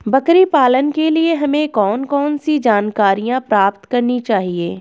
बकरी पालन के लिए हमें कौन कौन सी जानकारियां प्राप्त करनी चाहिए?